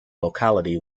locality